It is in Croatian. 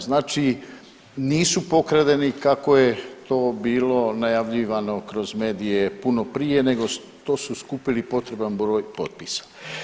Znači, nisu pokradeni kako je to bilo najavljivano kroz medije puno prije, nego to su skupili potreban broj potpisa.